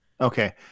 Okay